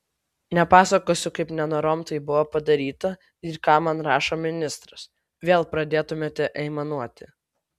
nepasakosiu kaip nenorom tai buvo padaryta ir ką man rašo ministras vėl pradėtumėte aimanuoti